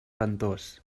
ventós